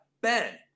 Ben